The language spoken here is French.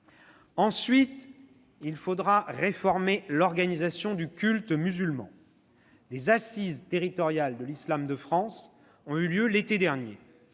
ensuite, de réformer l'organisation du culte musulman. Des assises territoriales de l'islam de France ont eu lieu l'été dernier.